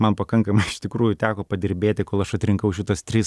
man pakankamai iš tikrųjų teko padirbėti kol aš atrinkau šitas tris